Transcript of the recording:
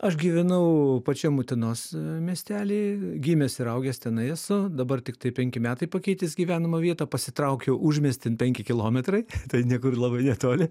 aš gyvenau pačiam utenos a miestely gimęs ir augęs tenai esu dabar tiktai penki metai pakeitęs gyvenamą vietą pasitraukiau užmiestin penki kilometrai tai niekur labai netoli